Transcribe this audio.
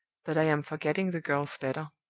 but i am forgetting the girl's letter.